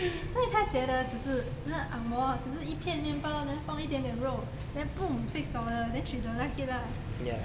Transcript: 所以她觉得只是那个 ang moh 只是一片面包 then 放一点点肉 then boom six dollars then she don't like it lah